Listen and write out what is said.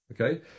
okay